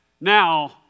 Now